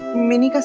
mini.